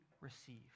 receive